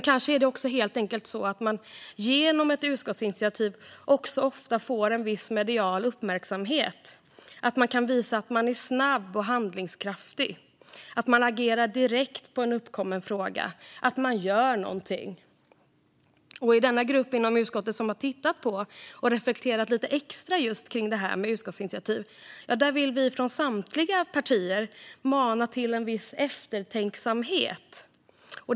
Kanske får man helt enkelt ofta viss medial uppmärksamhet genom ett utskottsinitiativ; man kan visa att man är snabb och handlingskraftig, att man agerar direkt på en uppkommen fråga, att man gör någonting. I den grupp inom utskottet som har tittat på och reflekterat lite extra kring just utskottsinitiativ vill vi från samtliga partier mana till viss eftertänksamhet.